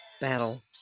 Battle